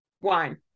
Wine